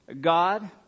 God